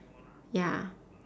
ya